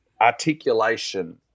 articulation